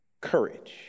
Courage